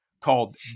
called